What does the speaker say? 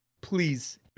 Please